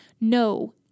No